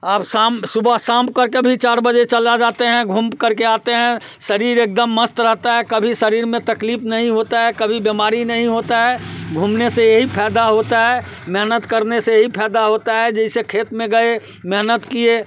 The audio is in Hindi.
अब शाम सुबह शाम करके भी चार बजे चले जाते हैं घूम करके आते हैं शरीर एकदम मस्त रहता है कभी शरीर में तकलीफ़ नहीं होता है कभी बीमारी नहीं होता है घूमने से यही फ़ायदा होता है मेहनत करने से यही फ़ायदा होता है जैसे खेत में गए मेहनत किए